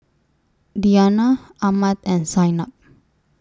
Diyana Ahmad and Zaynab